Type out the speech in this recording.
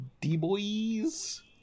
D-Boys